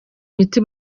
imiti